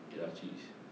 给她去